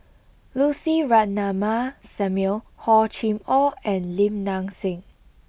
Lucy Ratnammah Samuel Hor Chim Or and Lim Nang Seng